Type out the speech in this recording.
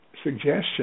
Suggestion